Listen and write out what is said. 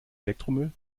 elektromüll